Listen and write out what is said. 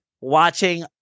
watching